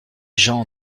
gens